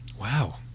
wow